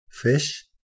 Fish